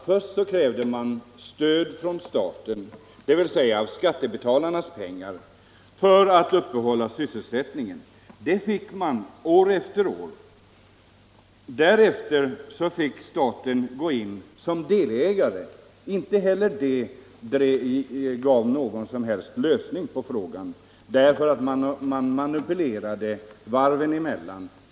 Först krävde man stöd från staten — dvs. med skattebetalarnas pengar — för att uppehålla sysselsättningen. Det fick man år efter år. Därefter gick staten in som delägare. Inte heller det gav någon som helst lösning på frågan, därför att man manipulerade varven emellan.